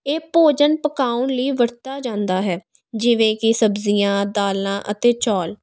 ਇਹ ਭੋਜਨ ਪਕਾਉਣ ਲਈ ਵਰਤਿਆ ਜਾਂਦਾ ਹੈ ਜਿਵੇਂ ਕਿ ਸਬਜ਼ੀਆਂ ਦਾਲਾਂ ਅਤੇ ਚੌਲ